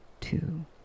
two